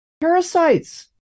Parasites